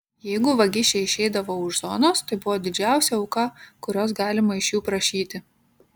jeigu vagišiai išeidavo už zonos tai buvo didžiausia auka kurios galima iš jų prašyti